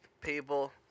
People